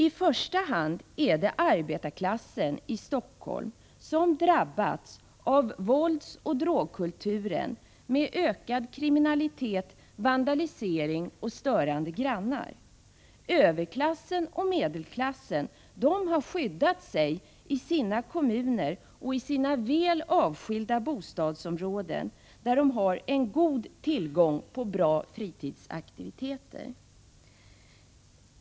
I första hand är det arbetarklassen i Stockholm som drabbats av våldsoch drogkulturen med ökad kriminalitet, vandalisering och störande grannar. Överklassen och medelklassen har skyddat sig i sina kommuner och i sina väl avskilda bostadsområden där de har en god tillgång på bra fritidsaktiviteter.